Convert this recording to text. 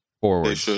Forward